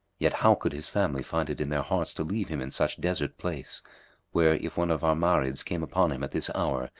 yet how could his family find it in their hearts to leave him in such desert place where, if one of our marids came upon him at this hour,